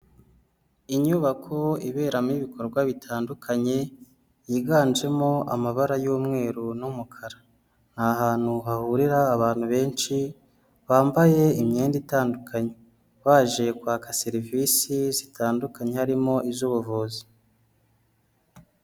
Inyubako iberamo ibikorwa bitandukanye, yiganjemo amabara y'umweru n'umukara, ni ahantu hahurira abantu benshi bambaye imyenda itandukanye, baje kwaka serivisi zitandukanye harimo iz'ubuvuzi.